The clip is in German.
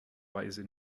weise